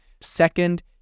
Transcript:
second